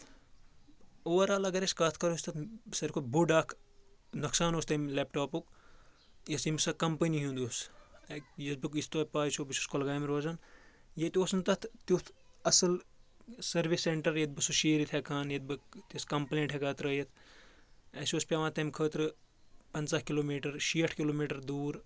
overall اَگر أسۍ کَتھ کَرو أسۍ تَتھ ساروی کھۄتہٕ بوٚڑ اکھ نۄقصان اوس تَمہِ لیپٹاپُک یۄس ییٚمہِ سۄ کَمپٔنی ہُنٛد یُس بہٕ یُس تۄہہِ پاے چھَو بہٕ چھُس کۄلگامہِ روزن ییٚتہِ اوس نہٕ تَتھ تیُتھ اَصٕل سٔروِس سینٹر ییٚتہِ بہٕ سُہ شیٖرِتھ ہؠکان ییٚتہِ بہٕ تہِ کَمپٕلینٹ ہؠکان ترٲیِتھ اَسہِ اوس پیوان تمہِ خٲطرٕ پنٛژاہ کِلوٗمیٖٹر شیٹھ کِلوٗمیٖٹر دوٗر